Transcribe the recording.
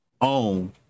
own